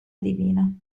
divina